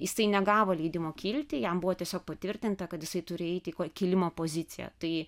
jisai negavo leidimo kilti jam buvo tiesiog patvirtinta kad jisai turi eiti kilimo poziciją tai